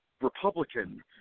Republican